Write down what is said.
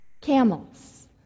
camels